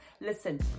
Listen